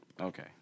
Okay